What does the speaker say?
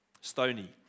Stony